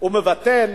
הוא מבטל.